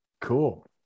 Cool